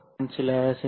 எனவே நான் சில செ